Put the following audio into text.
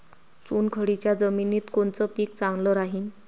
चुनखडीच्या जमिनीत कोनचं पीक चांगलं राहीन?